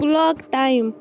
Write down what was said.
clock time